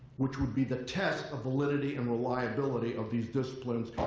which would be the test of validity and reliability of these disciplines.